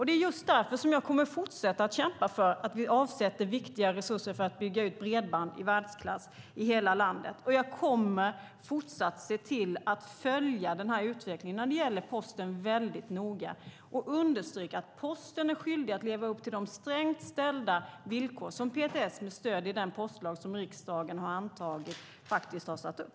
Det är just därför jag kommer att fortsätta att kämpa för att vi avsätter viktiga resurser för att bygga ut bredband i världsklass i hela landet, och jag kommer fortsatt att se till att följa utvecklingen när det gäller Posten väldigt noga. Jag kommer att understryka att Posten är skyldiga att leva upp till de strängt ställda villkor som PTS, med stöd i den postlag riksdagen har antagit, faktiskt har satt upp.